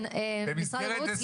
כן, משרד הבריאות.